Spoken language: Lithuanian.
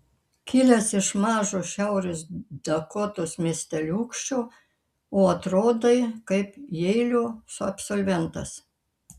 kilęs iš mažo šiaurės dakotos miesteliūkščio o atrodai kaip jeilio absolventas